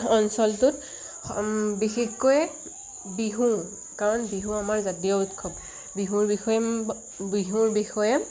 অঞ্চলটোত বিশেষকৈ বিহু কাৰণ বিহু আমাৰ জাতীয় উৎসৱ বিহুৰ বিষয়ে বিহুৰ বিষয়ে